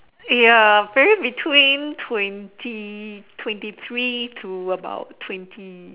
ya very between twenty twenty three to about twenty